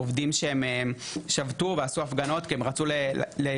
עובדים שבתו ועשו הפגנות כי הם רצו לקצר